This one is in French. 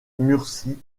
murcie